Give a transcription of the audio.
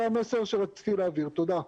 זה המסר שרציתי להעביר, תודה.